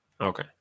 Okay